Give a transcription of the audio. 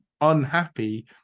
unhappy